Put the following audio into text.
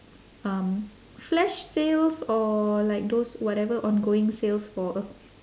um flash sales or like those whatever ongoing sales for a